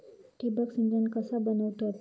ठिबक सिंचन कसा बनवतत?